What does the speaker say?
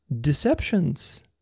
deceptions